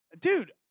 Dude